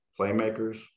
playmakers